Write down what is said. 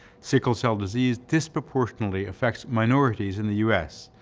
sickle cell disease disproportionately affects minorities in the u s,